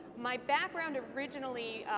my background originally,